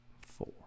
four